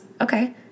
Okay